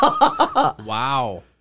Wow